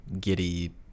giddy